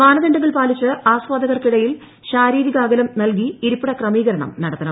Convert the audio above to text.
മാനദണ്ഡങ്ങൾ പാലിച്ച് ആസ്വാദകർക്കിടയിൽ ശാരീരിക അകലം നൽകി ഇരിപ്പിട ക്രമീകരണം നടത്തണം